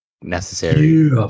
necessary